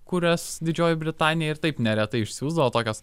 kurias didžioji britanija ir taip neretai išsiųsdavo tokios